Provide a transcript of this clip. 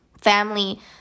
Family